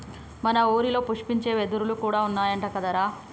మన ఊరిలో పుష్పించే వెదురులు కూడా ఉన్నాయంట కదరా